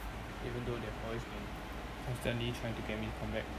even though they have always been constantly trying to get me to come back